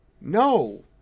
no